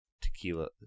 tequila